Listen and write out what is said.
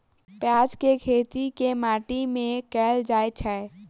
प्याज केँ खेती केँ माटि मे कैल जाएँ छैय?